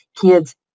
kids